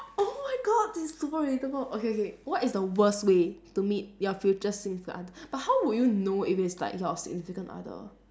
oh my god that's super relatable okay okay what is the worst way to meet your future significant other but how would you know if it's like your significant other